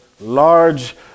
large